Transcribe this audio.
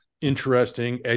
interesting